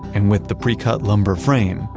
and with the precut lumber frame,